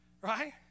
Right